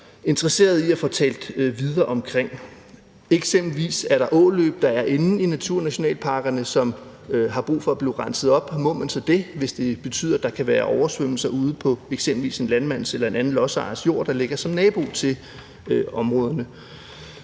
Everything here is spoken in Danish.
interesserede i at få talt videre om. Eksempelvis er der åløb, der er inde i naturnationalparkerne, og som har brug for at blive renset op, og må man så det, hvis det betyder, at der kan være oversvømmelser ude på eksempelvis en landmands eller en anden lodsejers jord, der ligger som nabo til områderne?